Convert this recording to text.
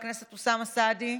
חבר הכנסת אוסאמה סעדי,